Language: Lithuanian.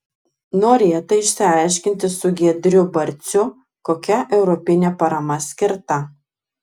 norėta išsiaiškinti su giedriu barciu kokia europinė parama skirta